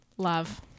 love